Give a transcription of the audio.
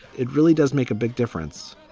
it really does make a big difference.